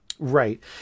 Right